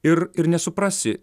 ir ir nesuprasi